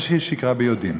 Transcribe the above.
או שהיא שיקרה ביודעין.